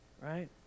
right